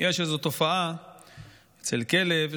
יש איזו תופעה אצל כלב,